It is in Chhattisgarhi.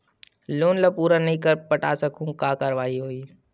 लोन ला पूरा नई पटा सकहुं का कारवाही होही?